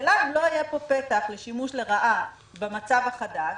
השאלה אם לא יהיה פה פתח לשימוש לרעה במצב החדש